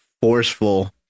forceful